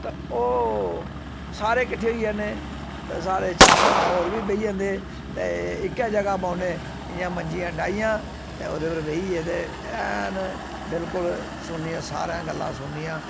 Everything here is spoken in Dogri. त ओह् सारे किट्ठे होई जन्ने ते साढ़े चार भ्राऽ होर बी बेही जंदे ते इक्कै जगहा बौह्ने इ'यां मंजियां डाहियां ते ओह्दे पर बेही गे ते ऐन बिलकुल सुननियां सारें गल्लां सुननियां